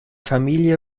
familie